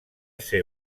ser